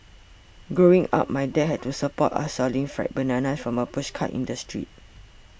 growing up my dad had to support us selling fried bananas from a pushcart in the street